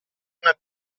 una